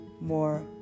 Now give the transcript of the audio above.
more